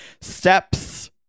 Steps